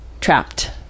trapped